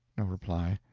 no reply.